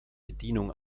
bedienung